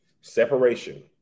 Separation